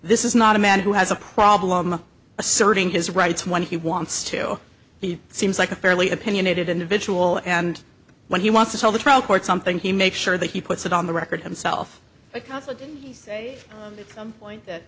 this is not a man who has a problem asserting his rights when he wants to he seems like a fairly opinionated individual and when he wants to tell the trial court something he make sure that he puts it on the record himself